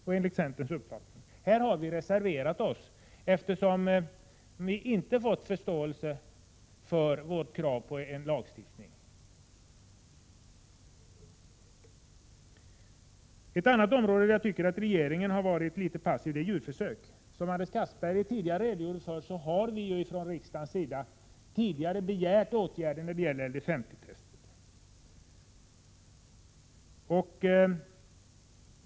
Vi har reserverat oss i detta avseende, eftersom vi inte fått förståelse för vårt krav på en lagstiftning. Ett annat område där jag tycker att regeringen har varit litet passiv är djurförsök. Som Anders Castberger tidigare redogjorde för har vi från riksdagens sida tidigare begärt åtgärder mot LD50-testerna.